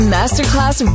Masterclass